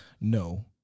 No